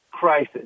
Crisis